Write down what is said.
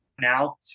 now